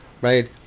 right